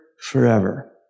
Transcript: forever